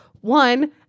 One